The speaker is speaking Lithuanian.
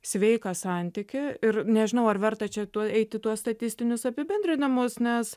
sveiką santykį ir nežinau ar verta čia tuoj eiti tuos statistinius apibendrinimus nes